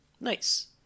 Nice